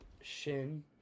shin